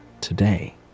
today